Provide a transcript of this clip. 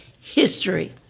history